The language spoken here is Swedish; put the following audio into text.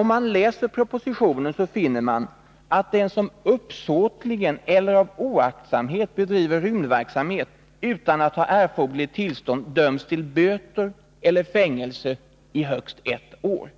Om man läser propositionen, finner man att den som uppsåtligen eller av oaktsamhet bedriver rymdverksamhet utan att ha erforderligt tillstånd döms till böter eller fängelse i högst ett år.